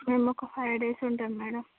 మేము ఒక five days ఉంటాము మ్యాడమ్